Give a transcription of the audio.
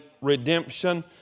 redemption